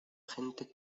gente